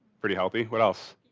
pretty healthy, what else?